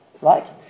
right